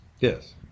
Yes